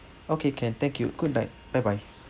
okay can thank you good night bye bye